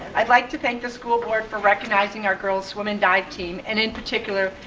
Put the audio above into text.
i'd like to thank the school board for recognizing our girls swim and dive team and in particular,